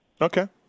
Okay